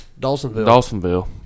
Dawsonville